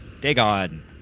Dagon